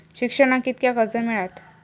शिक्षणाक कीतक्या कर्ज मिलात?